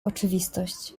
oczywistość